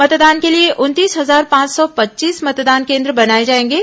मतदान के लिए उनतीस हजार पांच सौ पच्चीस मतदान केन्द्र बनाए जाएंगे